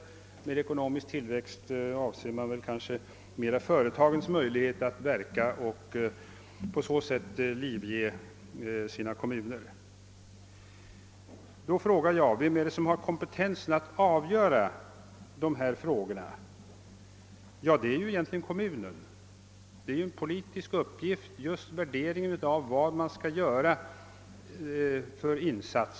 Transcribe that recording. Med uttrycket »ekonomisk tillväxt» avses väl mera företagens möjlighet att verka och därigenom ge liv åt sina kommuner. Jag vill då fråga vem som har kompetensen att avgöra dessa frågor. Ja, det är ju egentligen kommunen. Värderingen av vilka insatser man skall göra är ju en politisk uppgift.